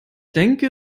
denke